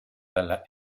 dalla